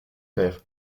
père